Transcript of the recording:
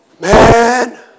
Man